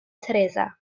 teresa